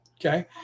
Okay